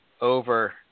over